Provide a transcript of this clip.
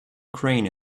crane